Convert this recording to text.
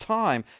time